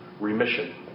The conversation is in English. remission